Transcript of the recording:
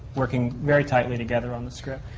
working very tightly together on the script.